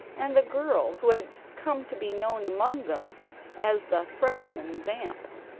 and the girl who had come to be known among them as the freshman vamp.